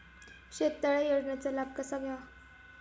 शेततळे योजनेचा लाभ कसा घ्यावा?